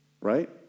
Right